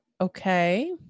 Okay